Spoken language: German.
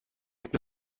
gibt